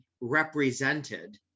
represented